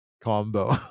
combo